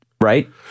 right